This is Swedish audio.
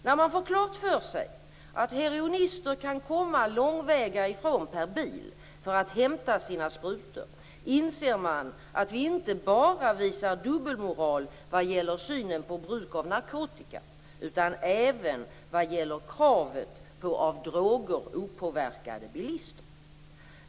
När man får klart för sig att heroinister kan komma långväga ifrån per bil för att hämta sina sprutor inser man att vi inte bra visar dubbelmoral vad gäller synen på bruk av narkotika utan även vad gäller kravet på av droger opåverkade bilister.